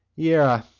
yerra,